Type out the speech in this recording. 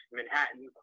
Manhattan